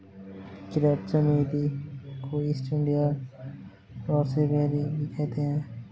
crepe चमेली को East India rosebay भी कहते हैं